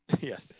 yes